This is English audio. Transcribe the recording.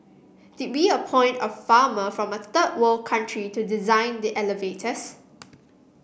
did we appoint a farmer from a third world country to design the elevators